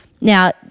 Now